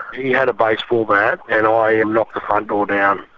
he had a baseball bat, and i knocked the front door down.